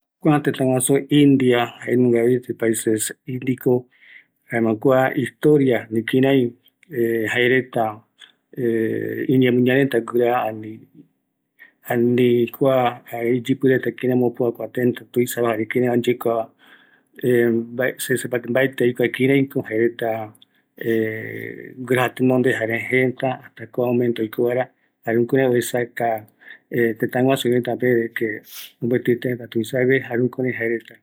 Kua tëtäguasu india, jaeko jëräkuañomaiva, kutɨgui, kïraïko jaereta yogueru, jare oiko vaera äñave rupi, mbaetɨ aikuaete, ëreï opaete va reta rämi, oimeko aipo jeta mbae ikavigue, ani pisɨi varupi oajareta, jare añaverupi oikovaera ikavirupi